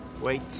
wait